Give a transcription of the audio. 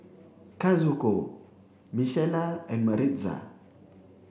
Kazuko Michaela and Maritza